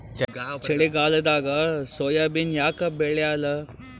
ಚಳಿಗಾಲದಾಗ ಸೋಯಾಬಿನ ಯಾಕ ಬೆಳ್ಯಾಲ?